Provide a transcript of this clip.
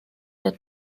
der